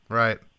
right